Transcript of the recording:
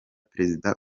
perezida